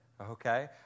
Okay